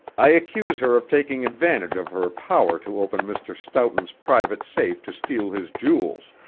i accuse her of taking advantage of her power to open mr. stoughton's private safe to steal his jewels.